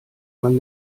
man